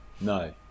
No